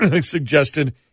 suggested